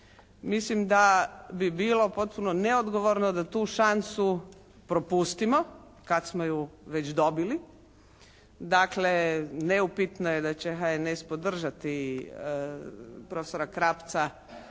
Mislim da bi bilo potpuno neodgovorno da tu šansu propustimo kad smo ju već dobili. Dakle neupitno je da će HNS podržati profesora Krapca